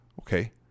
Okay